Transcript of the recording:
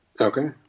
Okay